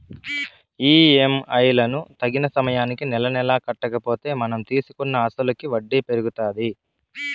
EMI లను తగిన సమయానికి నెలనెలా కట్టకపోతే మనం తీసుకున్న అసలుకి వడ్డీ పెరుగుతాది